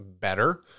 better